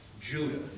Judah